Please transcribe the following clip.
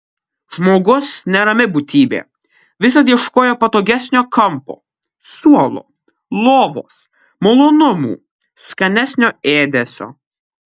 žmogus nerami būtybė visad ieškojo patogesnio kampo suolo lovos malonumų skanesnio ėdesio